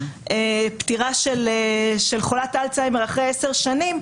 פטירה של חולת אלצהיימר אחרי עשר שנים,